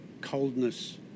coldness